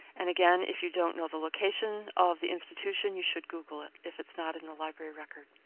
and again, if you don't know the location of the institution, you should google it if it's not in the library record.